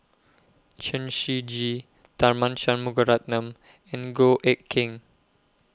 Chen Shiji Tharman Shanmugaratnam and Goh Eck Kheng